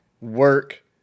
work